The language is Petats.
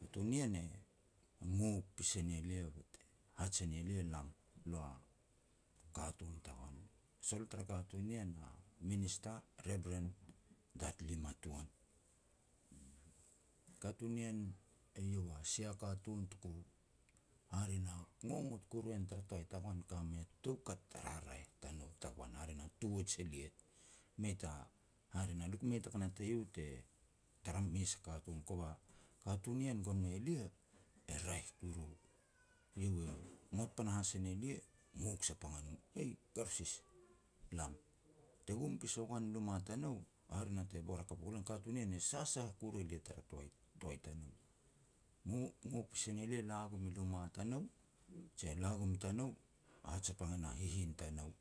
katun nien e ngok pas e ne lia, bete haj e ne lia lam, lo a katun tagoan. Sol tara katun nien, a Minister, Reverend Dudley Matuan, uuh. Katun nien, eiau a sia katun tuku hare na ngongot kuru en tara toai tagoan ka mei a toukat a raraeh tanou tagoan, hare na towards elia. Mei ta, hare na, le ku mei taka tanei u te tara mes a katun, kova a katun nien gon mei elia, e raeh kuru. Iau e ngot panahas e ne lia, ngok sapang a no, "Eh, Garosis lam." Te gum pas ua goan luma tanou, hare na te bor hakap ua gu lan, katun nien e sasah kuru e lia tara toai-toai tanou. Ngo-ngok pas e lia la gum luma tanou, je lia la gum tanou, hat sapang e na hihin tanou